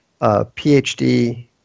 phd